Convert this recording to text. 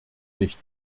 nicht